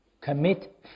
commit